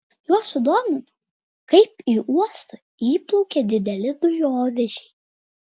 juos sudomino kaip į uostą įplaukia dideli dujovežiai